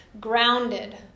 grounded